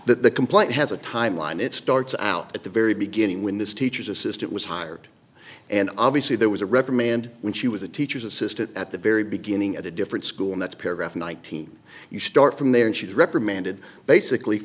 the complaint has a timeline it starts out at the very beginning when this teacher's assistant was hired and obviously there was a reprimand when she was a teacher's assistant at the very beginning at a different school in that paragraph nineteen you start from there and she's reprimanded basically